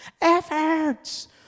Efforts